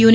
you